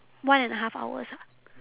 one and a half hours ah